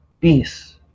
peace